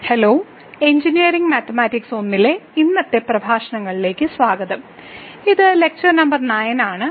hello engineering mathematics I ഇന്നത്തെ പ്രഭാഷണങ്ങളിലേക്ക് സ്വാഗതം ഇത് ലെക്ചർ നമ്പർ 9 ആണ്